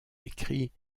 écrits